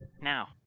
now